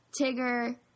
Tigger